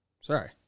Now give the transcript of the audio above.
Sorry